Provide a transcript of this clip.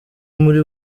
muri